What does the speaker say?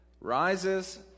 rises